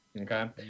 Okay